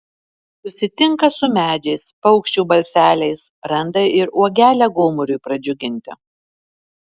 susitinka su medžiais paukščių balseliais randa ir uogelę gomuriui pradžiuginti